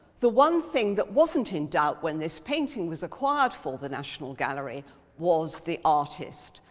the one thing that wasn't in doubt when this painting was acquired for the national gallery was the artist,